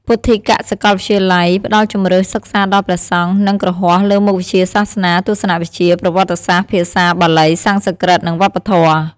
ពុទ្ធិកសាកលវិទ្យាល័យផ្តល់ជម្រើសសិក្សាដល់ព្រះសង្ឃ និងគ្រហស្ថលើមុខវិជ្ជាសាសនា ទស្សនវិជ្ជា ប្រវត្តិសាស្ត្រ ភាសា បាលី សំស្ក្រឹត និងវប្បធម៌។